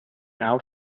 out